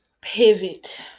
pivot